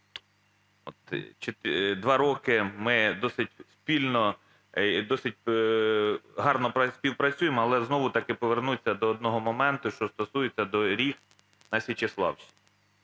2 роки ми досить спільно, досить гарно співпрацюємо, але знову-таки повернуся до одного моменту, що стосується доріг наСічеславщині.